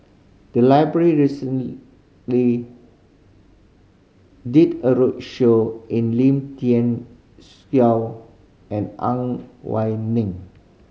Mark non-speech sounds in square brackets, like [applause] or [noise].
the library recently did a roadshow in Lim Thean [unintelligible] and Ang Why Ning